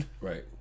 Right